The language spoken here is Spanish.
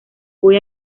voy